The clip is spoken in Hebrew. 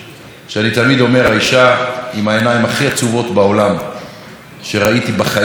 ואני תמיד אומר: האישה עם העיניים הכי עצובות בעולם שראיתי בחיים שלי.